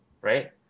right